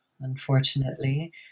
unfortunately